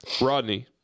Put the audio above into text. Rodney